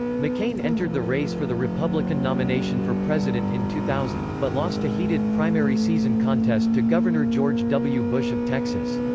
mccain entered the race for the republican nomination for president in two thousand, but lost a heated primary season contest to governor george w. bush of texas.